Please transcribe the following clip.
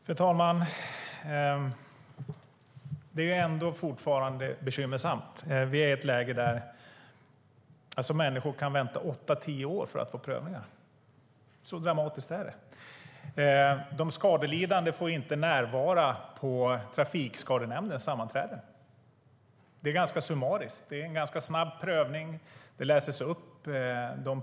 Fru talman! Det är ändå bekymmersamt fortfarande. Vi är i ett läge där människor kan vänta i åtta tio år på att få prövningar. Så dramatiskt är det. De skadelidande får inte närvara vid Trafikskadenämndens sammanträde. Det är ganska summariskt och är en ganska snabb prövning.